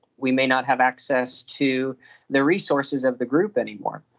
we may not have access to the resources of the group any more.